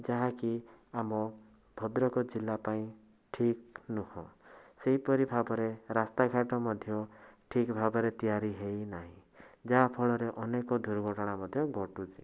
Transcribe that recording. ଯାହାକି ଆମ ଭଦ୍ରକ ଜିଲ୍ଲା ପାଇଁ ଠିକ ନୁହେଁ ସେହିପରି ଭାବରେ ରାସ୍ତାଘାଟ ମଧ୍ୟ ଠିକ ଭାବରେ ତିଆରି ହେଇନାହିଁ ଯାହାଫଳରେ ଅନେକ ଦୁର୍ଘଟଣା ମଧ୍ୟ ଘଟୁଛି